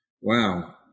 Wow